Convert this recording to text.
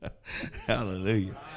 Hallelujah